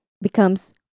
becomes